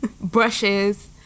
brushes